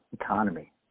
economy